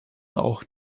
auch